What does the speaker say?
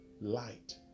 light